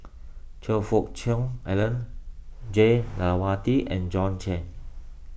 Choe Fook Cheong Alan Jah Lewati and John Clang